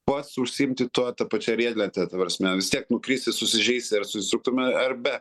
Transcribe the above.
pats užsiimti tuo ta pačia riedlente ta prasme vis tiek nukrisi susižeisi ar su instruktorium ar be